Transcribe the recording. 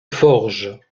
forges